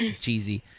cheesy